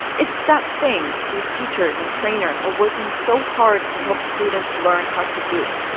it's that thing these teachers and trainers are working so hard to help students learn how to do,